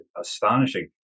astonishing